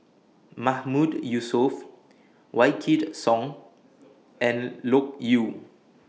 Mahmood Yusof Wykidd Song and Loke Yew